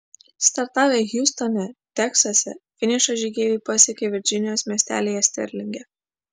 startavę hjustone teksase finišą žygeiviai pasiekė virdžinijos miestelyje sterlinge